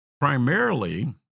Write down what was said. primarily